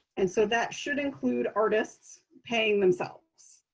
and so that should include artists paying themselves.